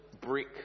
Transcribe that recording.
brick